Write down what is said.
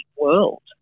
world